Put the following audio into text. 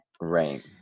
right